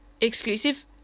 exclusive